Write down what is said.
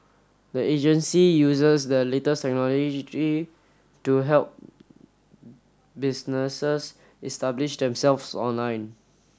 the agency uses the latest to help businesses establish themselves online